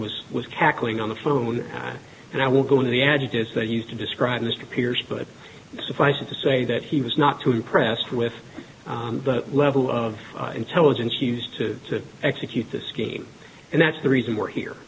was was cackling on the phone and i will go into the adjectives that used to describe mr pierce but suffice it to say that he was not too impressed with the level of intelligence used to execute the scheme and that's the reason we're here